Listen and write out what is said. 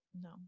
no